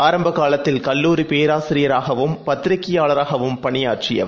ஆரம்பகாலத்தில்கல்லூரிபேராசிரியராகவும் பத்திரிகையாளராகவும்பணியாற்றியவர்